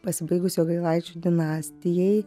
pasibaigus jogailaičių dinastijai